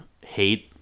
hate